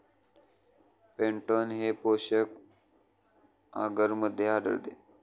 peptone हे पोषक आगरमध्ये आढळते